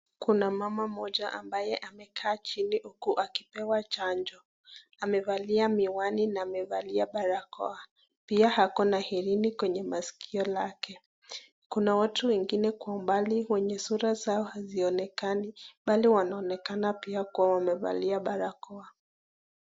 Kuna mama mmoja ambaye amekaa chini huku akipewa chanjo ,amevalia miwani na amevalia barakoa pia ako na helini kwenye maskio lake. Kuna watu wengine kwa umbali wenye sura zao hazionekani bali wanaonekana pia kuwa wamevalia barakoa.